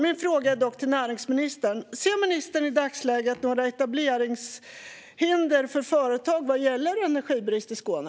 Min fråga till näringsministern är: Ser ministern i dagsläget några etableringshinder för företag vad gäller energibrist i Skåne?